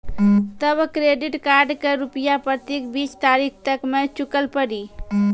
तब credit card के रूपिया प्रतीक बीस तारीख तक मे चुकल पड़ी?